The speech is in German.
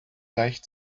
leicht